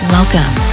Welcome